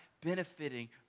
benefiting